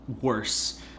worse